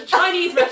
Chinese